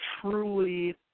truly